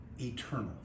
eternal